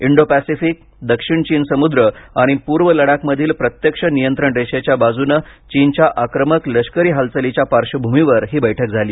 Indo Pacific दक्षिण चीन समुद्र आणि पूर्व लडाखमधील प्रत्यक्ष नियंत्रण रेषेच्या बाजूने चीनच्या आक्रमक लष्करी हालचालीच्या पार्श्वभूमीवर ही बैठक झाली